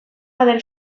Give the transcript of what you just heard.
padel